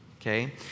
okay